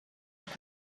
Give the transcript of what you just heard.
with